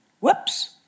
Whoops